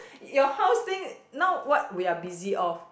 your house thing now what we are busy of